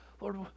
Lord